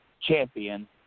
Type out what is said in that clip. champion